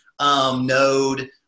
Node